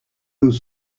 nous